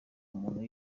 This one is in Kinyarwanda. umuntu